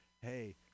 hey